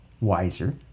wiser